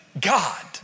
God